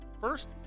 First